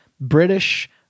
British